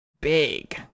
big